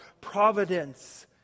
providence